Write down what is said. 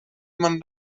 مان